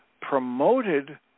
promoted